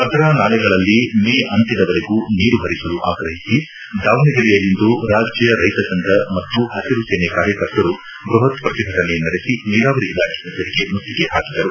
ಭದ್ರಾನಾಲೆಗಳಲ್ಲಿ May ಅಂತ್ಯದವರೆಗೂ ನೀರು ಹರಿಸಲು ಆಗ್ರಹಿಸಿ ದಾವಣಗೆರೆಯಲ್ಲಿಂದು ರಾಜ್ಯ ರೈತ ಸಂಘ ಮತ್ತು ಹಸಿರುಸೇನೆ ಕಾರ್ಯಕರ್ತರು ಬೃಹತ್ ಪ್ರತಿಭಟನೆ ನಡೆಸಿ ನೀರಾವರಿ ಇಲಾಖೆ ಕಚೇರಿಗೆ ಮುತ್ತಿಗೆ ಹಾಕಿದರು